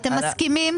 אתם מסכימים?